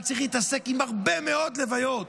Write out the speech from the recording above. שהיה צריך להתעסק עם הרבה מאוד לוויות,